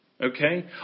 Okay